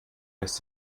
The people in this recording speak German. lässt